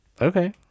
Okay